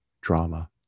drama